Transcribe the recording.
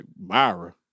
Myra